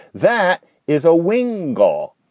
that is a wing goal.